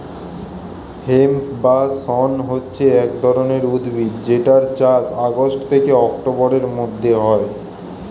hemp বা শণ হচ্ছে এক ধরণের উদ্ভিদ যেটার চাষ আগস্ট থেকে অক্টোবরের মধ্যে হয়